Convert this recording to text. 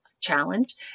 challenge